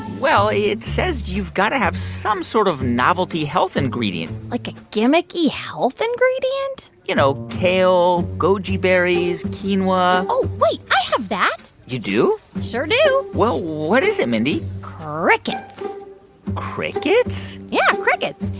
well, it says you've got to have some sort of novelty health ingredient like a gimmicky health ingredient? you know, kale, goji berries, quinoa oh, wait. i have that you do? sure do well, what is it, mindy? crickets crickets? yeah, crickets.